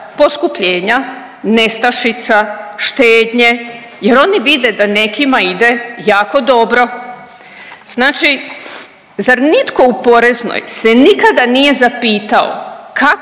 poskupljenja, nestašica, štednje jer oni vide da nekima ide jako dobro. Znači, zar nitko u Poreznoj se nikada nije zapitao kako